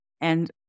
And-